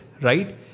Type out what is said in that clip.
right